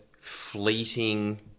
fleeting